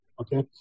Okay